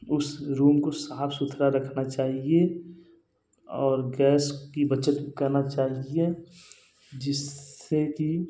उस रूम को साफ सुथरा रखना चाहिए और गैस की बचत करना चाहिए जिससे कि